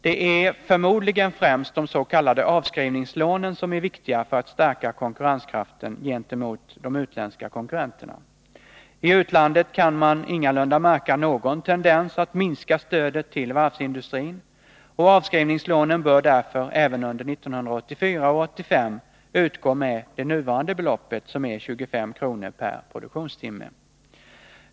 Det är förmodligen främst de s.k. avskrivningslånen som är viktiga för att stärka konkurrenskraften gentemot de utländska konkurrenterna. I utlandet kan man ingalunda märka någon tendens att minska stödet till varvsindustrin, och avskrivningslånen bör därför även under 1984 och 1985 utgå med det nuvarande beloppet, som är 25 kr. per produktionstimme.